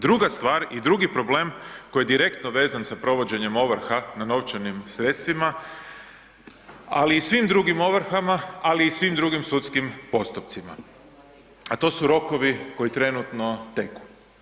Druga stvar i drugi problem koji je direktno vezan sa provođenjem ovrha na novčanim sredstvima, ali i svim drugim ovrhama, ali i svim drugim sudskim postupcima, a to su rokovi koji trenutno teku.